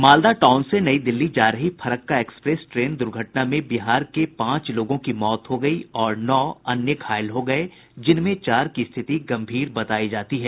Malda town से नई दिल्ली जा रही फरक्का एक्सप्रेस ट्रेन दुर्घटना में बिहार के पांच लोगों की मौत हो गयी और नौ अन्य घायल हो गये जिनमें चार की स्थिति गंभीर बतायी जाती है